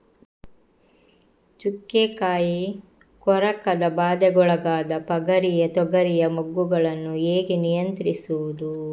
ಚುಕ್ಕೆ ಕಾಯಿ ಕೊರಕದ ಬಾಧೆಗೊಳಗಾದ ಪಗರಿಯ ತೊಗರಿಯ ಮೊಗ್ಗುಗಳನ್ನು ಹೇಗೆ ನಿಯಂತ್ರಿಸುವುದು?